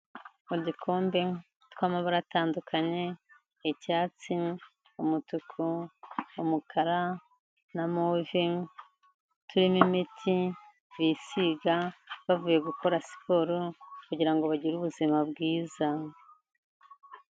Udukombe tw’amabara atandukanye icyatsi, umutuku, umukara na move, turimo imiti bisiga bavuye gukora siporo kugira ngo bagire ubuzima bwiza.